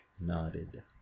nodded